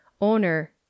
Owner